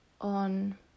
on